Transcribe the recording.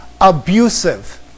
abusive